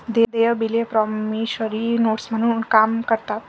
देय बिले promissory notes म्हणून काम करतात